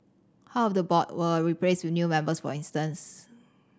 half of the board were replaced with new members for instance